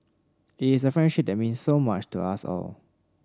it is a friendship that means so much to us all